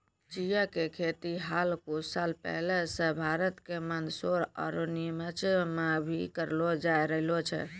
चिया के खेती हाल कुछ साल पहले सॅ भारत के मंदसौर आरो निमच मॅ भी करलो जाय रहलो छै